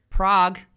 Prague